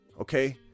Okay